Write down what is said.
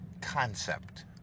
concept